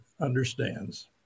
understands